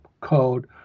code